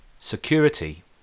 Security